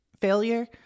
failure